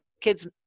kids